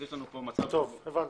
הבנתי.